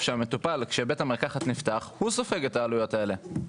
כשבית המרקחת נפתח המטופל סופג את העלויות האלה.